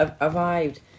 arrived